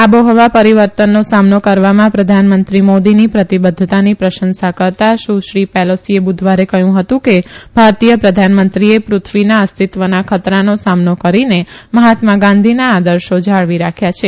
આબોહવા પરીવર્તનનો સામનો કરવામાં પ્રઘાનમંત્રી મોદીની પ્રતિબધ્ધતાની પ્રશંસા કરતા સુશ્રી પેલોસીએ બુઘવારે કહયું હતું કે ભારતીય પ્રધાનમંત્રીએ પૃથ્વીના અસ્તિત્વના ખતરાનો સામનો કરીને મહાત્મા ગાંઘીના આદર્શોને જાળવી રાખ્યા છે